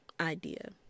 idea